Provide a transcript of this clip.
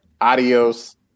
adios